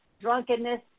drunkenness